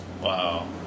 Wow